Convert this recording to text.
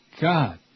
God